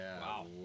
Wow